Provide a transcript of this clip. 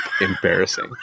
embarrassing